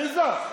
עליזה,